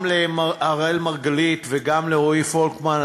גם לאראל מרגלית וגם לרועי פולקמן,